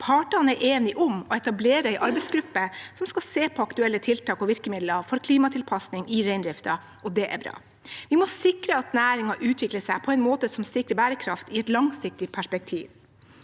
Partene er enige om å etablere en arbeidsgruppe som skal se på aktuelle tiltak og virkemidler for klimatilpasning i reindriften. Det er bra. Vi må sikre at næringen utvikler seg på en måte som sikrer bærekraft i et langsiktig perspektiv.